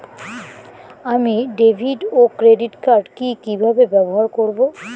আমি ডেভিড ও credit card কি কিভাবে ব্যবহার করব?